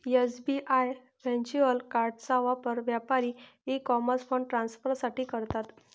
SBI virtual कार्डचा वापर व्यापारी ई कॉमर्स फंड ट्रान्सफर साठी करतात